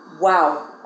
wow